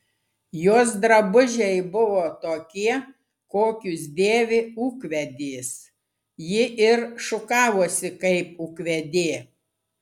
jos drabužiai buvo tokie kokius dėvi ūkvedės ji ir šukavosi kaip ūkvedė